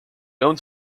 owns